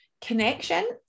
connection